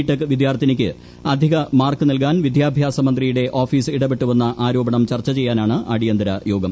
tech വിദ്യാർത്ഥിനിക്ക് അധിക mark നൽകാൻ വിദ്യാഭ്യാസ്ത മന്ത്രിയുടെ ഓഫീസ് ഇടപെട്ടുവെന്ന ആരോപണം ചർച്ച് ചെയ്യാനാണ് അടിയന്തര യോഗം